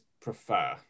prefer